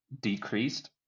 decreased